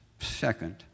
second